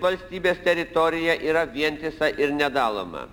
valstybės teritorija yra vientisa ir nedaloma